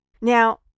Now